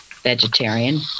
vegetarian